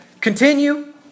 continue